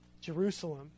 Jerusalem